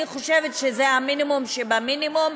אני חושבת שזה המינימום שבמינימום,